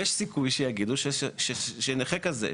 יש סיכוי שיגידו שנכה כזה,